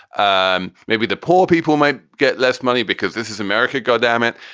um maybe the poor people might get less money because this is america. god damn it.